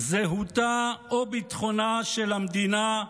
זהותה או ביטחונה של המדינה,